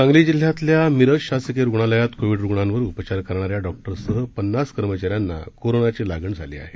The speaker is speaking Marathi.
सांगली जिल्ह्यातल्या मिरज शासकीय रुग्णालयात कोवीड रुग्णांवर उपचार करणाऱ्या डॉक्टरसह पन्नास कर्मचाऱ्यांना कोरोनाची लागण झाली आहे